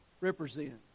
represent